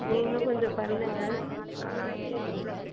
நீங்களும் கொஞ்சம் பண்ணுங்க ஆ சரிங்க மேம்